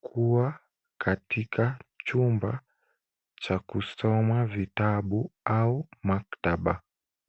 kuwa katika chumba cha kusoma vitabu au maktaba.